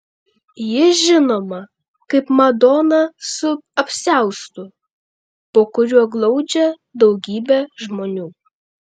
ji žinoma kaip madona su apsiaustu po kuriuo glaudžia daugybę žmonių